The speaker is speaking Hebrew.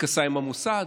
מתכסה עם המוסד.